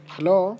Hello